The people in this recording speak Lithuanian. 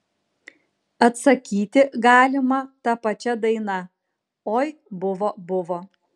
atsakyti galima ta pačia daina oi buvo buvo